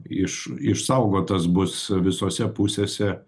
iš išsaugotas bus visose pusėse